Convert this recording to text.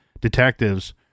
detectives